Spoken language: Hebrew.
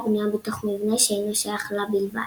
בנויה בתוך מבנה שאינו שייך לה בלבד.